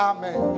Amen